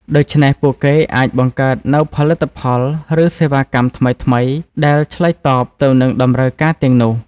ដូច្នេះ ពួកគេអាចបង្កើតនូវផលិតផល ឬសេវាកម្មថ្មីៗដែលឆ្លើយតបទៅនឹងតម្រូវការទាំងនោះ។